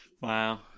Wow